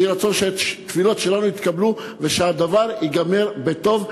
יהי רצון שהתפילות שלנו יתקבלו ושהדבר ייגמר בטוב,